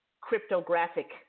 cryptographic